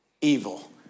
Evil